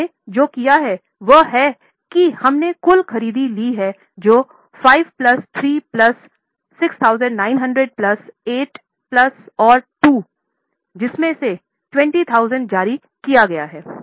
हमने जो किया है वह है कि हमने कुल खरीद ली है जो हैं 5 प्लस 3 प्लस 6900 प्लस 8 और प्लस 2 जिसमें से 20000 जारी किए गए है